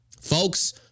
Folks